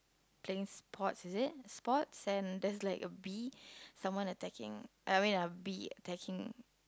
playing sports is it sports and there's like a bee someone attacking uh I mean a bee attacking